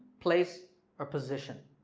place or position.